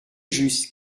juste